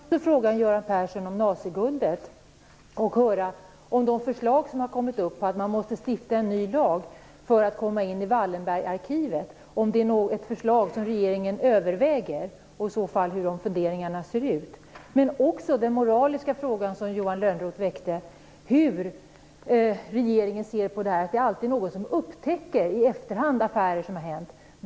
Fru talman! Också jag vill fråga Göran Persson om naziguldet och höra om det förslag som har kommit upp på att man måste stifta en ny lag för att komma in i Wallenbergarkivet är något som regeringen överväger och hur de funderingarna i så fall ser ut. Jag vill också ta upp den moraliska fråga som Johan Lönnroth väckte: Hur ser regeringen på att det alltid i efterhand är någon som upptäcker affärer som har ägt rum?